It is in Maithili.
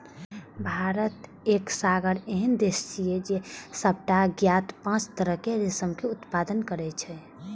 भारत एसगर एहन देश छियै, जे सबटा ज्ञात पांच तरहक रेशम के उत्पादन करै छै